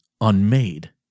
unmade